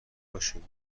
باشین